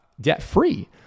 debt-free